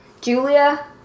julia